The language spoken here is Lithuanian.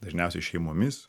dažniausiai šeimomis